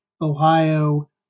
Ohio